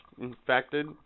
infected